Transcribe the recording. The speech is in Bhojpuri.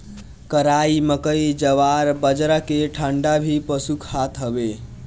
कराई, मकई, जवार, बजरा के डांठ भी पशु खात हवे